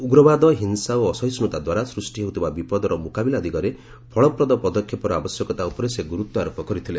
ଉଗ୍ରବାଦ ହିଂସା ଓ ଅସହିଷ୍ଣୁତା ଦ୍ୱାରା ସୃଷ୍ଟି ହେଉଥିବା ବିପଦର ମୁକାବିଲା ଦିଗରେ ଫଳପ୍ରଦ ପଦକ୍ଷେପର ଆବଶ୍ୟକତା ଉପରେ ସେ ଗୁରୁତ୍ୱାରୋପ କରିଥିଲେ